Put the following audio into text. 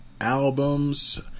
albums